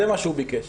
זה מה שהוא ביקש.